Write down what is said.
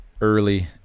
early